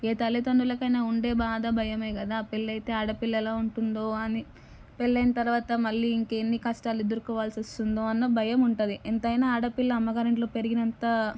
ఏ తల్లిదండ్రులకైనా ఉండే బాధ భయమే కదా పెళ్ళైతే ఆడపిల్ల ఎలా ఉంటుందో అని పెళ్ళైన తరువాత మళ్ళీ ఇంకెన్ని కష్టాలు ఎదురుకోవలసి వస్తుందో అన్న భయం ఉంటుంది ఎంతైనా ఆడపిల్ల అమ్మగారి ఇంట్లో పెరిగినంత